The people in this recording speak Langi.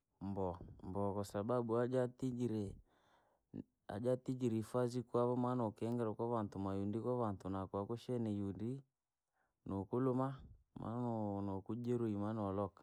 Mboo, mboo kwasabau aja atijiree, ajatitire ifazi kwa maanokiingera kwa vantu naa koo akushiiene iundi, nokuluma, maa no- nokujeruhi maanolo.